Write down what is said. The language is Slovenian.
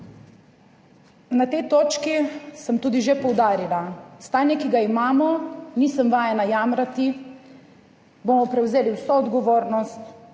Na tej točki sem tudi že poudarila, stanje ki ga imamo, nisem vajena jamrati, bomo prevzeli vso odgovornost,